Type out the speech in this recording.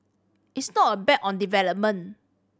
it's not a bet on development